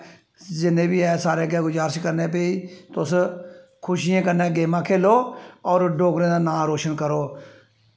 जिन्ने बी हैन सारें अग्गैं गुजारश करने भाई तुस खुशियें कन्नै गेमां खेलो और डोगरें दा नांऽ रोशन करो